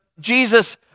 Jesus